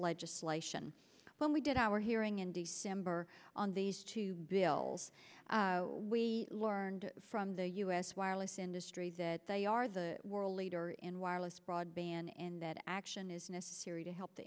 legislation when we did our hearing in december on these two bills we learned from the u s wireless industry that they are the world leader in wireless broadband and that action is necessary to help the